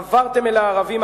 חברתם אל הערבים.